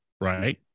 right